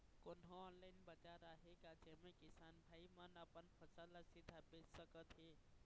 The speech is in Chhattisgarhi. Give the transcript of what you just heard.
कोन्हो ऑनलाइन बाजार आहे का जेमे किसान भाई मन अपन फसल ला सीधा बेच सकथें?